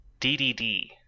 DDD